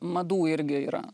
madų irgi yra